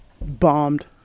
bombed